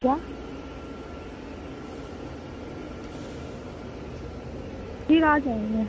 क्या फिर वहाँ जाएँगे